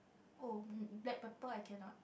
!oh! black pepper I cannot